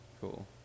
Cool